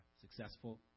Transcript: successful